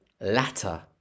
latter